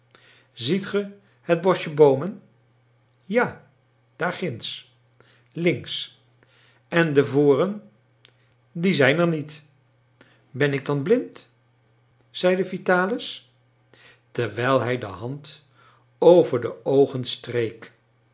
ziet ge het boschje boomen ja daar ginds links en de voren die zijn er niet ben ik dan blind zeide vitalis terwijl hij de hand over de oogen streek